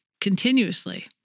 continuously